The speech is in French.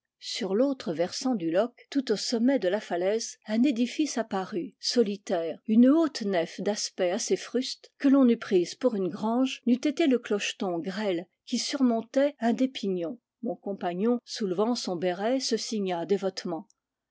sur l'autre versant du loc'h tout au sommet de la falaise un édifice apparut solitaire une haute nef d'aspect assez fruste que l'on eût prise pour une grange n'eût été le clo cheton grêle qui surmontait un des pignons mon compa gnon soulevant son béret se signa